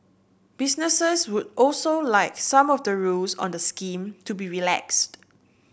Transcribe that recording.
businesses would also like some of the rules on the scheme to be relaxed